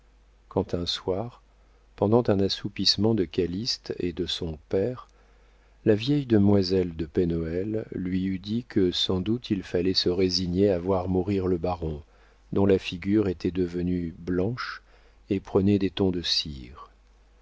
quand un soir pendant un assoupissement de calyste et de son père la vieille demoiselle de pen hoël lui eut dit que sans doute il fallait se résigner à voir mourir le baron dont la figure était devenue blanche et prenait des tons de cire